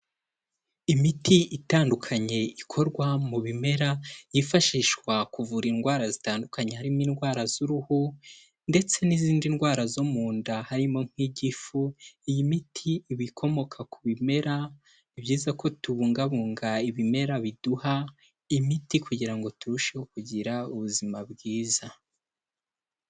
Imiti itandukanye ikorwa mu bimera, yifashishwa kuvura indwara zitandukanye harimo indwara z'uruhu ndetse n'izindi ndwara zo mu nda harimo nk'igifu, iyi imiti iba ikomoka ku bimera, ni byiza ko tubungabunga ibimera biduha imiti kugira ngo turusheho kugira ubuzima bwiza.